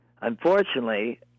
Unfortunately